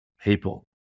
people